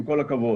עם כל הכבוד.